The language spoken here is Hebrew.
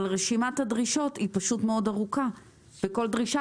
רשימת הדרישות היא פשוט מאוד ארוכה וכל דרישה,